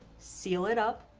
seal it up,